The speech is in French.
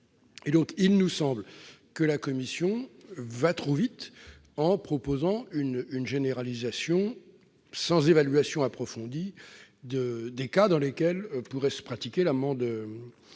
Il nous semble que la commission va trop vite en proposant une généralisation sans évaluation approfondie des cas dans lesquels pourrait se pratiquer l'amende